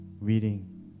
reading